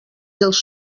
dels